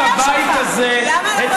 אתם, אל תתחיל איתי.